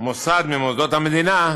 'מוסד ממוסדות המדינה',